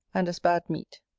and as bad meat.